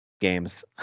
games